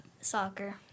Soccer